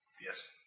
Yes